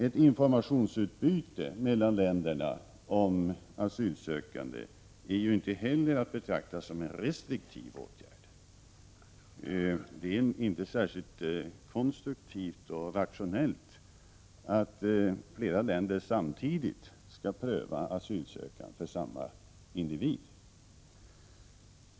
Ett informationsutbyte mellan länderna om asylsökande är inte heller att betrakta som en restriktiv åtgärd. Det är inte särskilt konstruktivt och rationellt att flera länder samtidigt skall pröva asylansökan för samme individ.